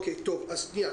תודה.